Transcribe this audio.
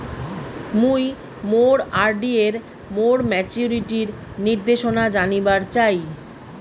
মুই মোর আর.ডি এর মোর মেচুরিটির নির্দেশনা জানিবার চাই